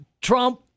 Trump